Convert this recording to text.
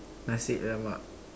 Nasi-Lemak